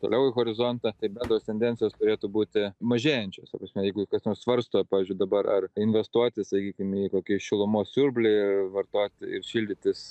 toliau į horizontą tai bendros tendencijos turėtų būti mažėjančios ta prasme jeigu kas nors svarsto pavyzdžiui dabar ar investuoti sakykim į kokį šilumos siurblį vartoti ir šildytis